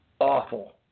awful